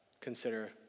consider